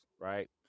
right